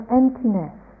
emptiness